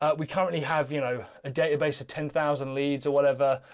ah we currently have, you know, a database of ten thousand leads or whatever,